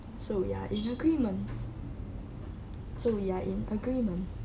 so ya in agreement so we are in agreement